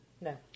No